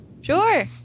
sure